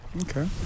Okay